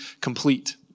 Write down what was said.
complete